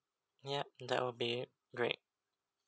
yup that will be great